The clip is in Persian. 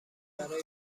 برای